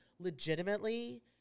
legitimately